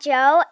Joe